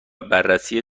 بررسی